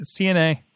CNA